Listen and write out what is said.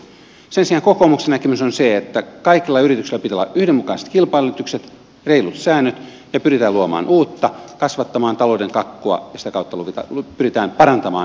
sen sijaan kokoomuksen näkemys on se että kaikilla yrityksillä pitää olla yhdenmukaiset kilpailuedellytykset reilut säännöt ja pyritään luomaan uutta kasvattamaan talouden kakkua ja sitä kautta pyritään parantamaan hyvinvointia yhteiskunnassa